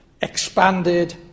expanded